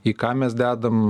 į ką mes dedam